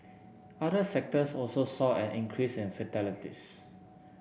other sectors also saw an increase in fatalities